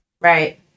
Right